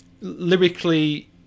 lyrically